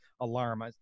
alarm